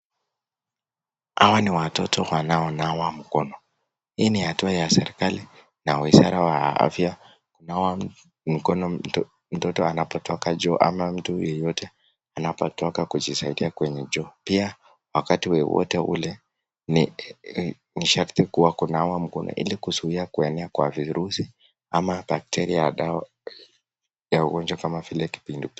Hawa ni watoto wanaonawa mkono hii ni hatua ya serekali na wizara ya afya kunawa mikono mtoto amnapotoka choo ama mtu yeyote anapotoka kujisaidia kwenye choo. Pia wakati wowote ule ni sharti kuwa kunawa mkono ili kuzuia kuenea kwa virusi ama bakteria ya ugonjwa kama vile kipindupindu.